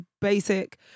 basic